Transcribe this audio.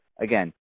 again